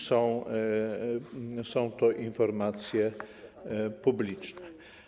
Są to informacje publiczne.